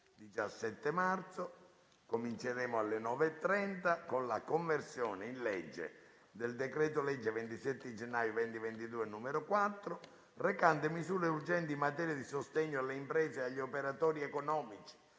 ed approvato il disegno di legge di conversione in legge del decreto-legge 27 gennaio 2022 n. 4, recante misure urgenti in materia di sostegno alle imprese e agli operatori economici,